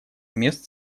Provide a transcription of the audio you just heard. мест